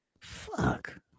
fuck